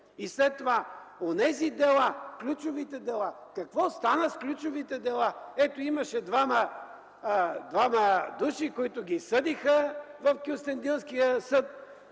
След това, онези дела – ключовите дела – какво стана с ключовите дела? Ето, имаше двама души, които ги съдиха в Кюстендилския съд,